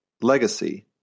legacy